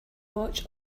watch